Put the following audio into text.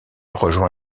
rejoint